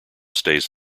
stays